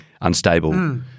unstable